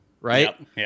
Right